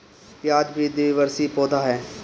प्याज भी द्विवर्षी पौधा हअ